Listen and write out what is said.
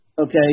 Okay